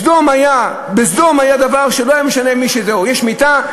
בסדום היה דבר שלא היה משנה: יש מיטה,